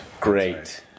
Great